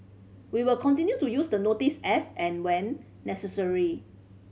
we will continue to use the notice as and when necessary